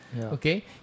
okay